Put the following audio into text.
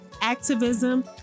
activism